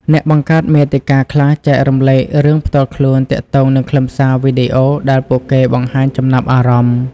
អ្នកបង្កើតមាតិកាខ្លះចែករំលែករឿងផ្ទាល់ខ្លួនទាក់ទងនឹងខ្លឹមសារវីដេអូដែលពួកគេបង្ហាញចំណាប់អារម្មណ៍។